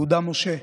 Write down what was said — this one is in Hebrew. יהודה משה,